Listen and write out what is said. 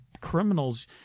criminals